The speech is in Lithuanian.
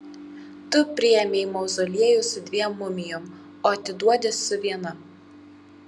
tu priėmei mauzoliejų su dviem mumijom o atiduodi su viena